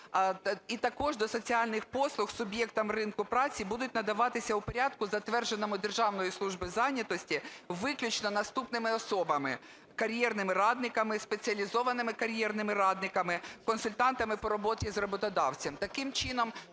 І також до соціальних послуг суб'єктам ринку праці будуть надаватися в порядку, затвердженому Державною службою зайнятості, виключно наступними особами: кар'єрними радниками, спеціалізованими кар'єрними радниками, консультантами по роботі з роботодавцем.